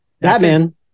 Batman